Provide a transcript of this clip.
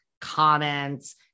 comments